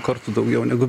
kartų daugiau negu